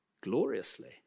gloriously